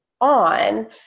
On